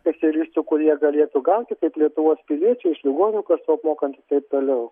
specialistų kurie galėtų gauti kaip lietuvos piliečiai iš ligonių kasų apmokant toliau